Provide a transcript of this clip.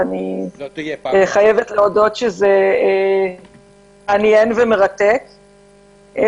ואני מודה שזה מעניין ומרתק.